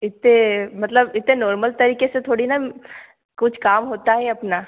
इतने मतलब इतने नोर्मल तरीके से थोड़ी ना कुछ काम होता है अपना